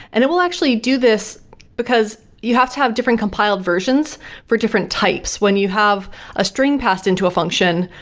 and we'll actually do this because you have to have different compiled versions for different types. when you have a string passed into a function,